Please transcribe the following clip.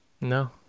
No